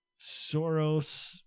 Soros